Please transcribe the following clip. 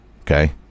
Okay